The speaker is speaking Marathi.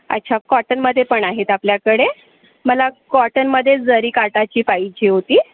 अच्छा कॉटनमध्ये पण आहेत आपल्याकडे मला कॉटनमध्ये जरीकाठाची पाहिजे होती